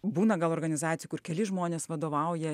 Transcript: būna gal organizacijų kur keli žmonės vadovauja